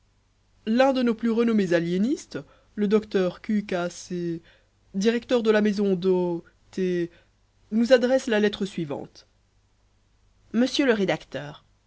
l'un de nos plus renommés aliénistes le docteur q k g directeur de la maison d'ô t nous adresse la lettre suivante monsieur le rédacteur